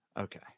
Okay